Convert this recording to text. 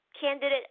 candidate